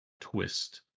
twist